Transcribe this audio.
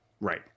Right